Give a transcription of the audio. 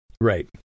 Right